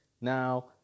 Now